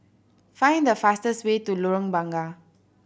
find the fastest way to Lorong Bunga